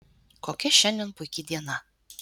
kokia šiandien puiki diena